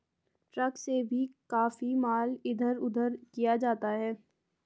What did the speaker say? truck से भी काफी माल इधर उधर किया जाता है